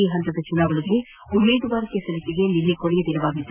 ಈ ಪಂತದ ಚುನಾವಣೆಗೆ ಉಮೇದುವಾರಿಕೆ ಸಲ್ಲಿಕೆಗೆ ನಿನ್ನೆ ಕೊನೆಯ ದಿನವಾಗಿತ್ತು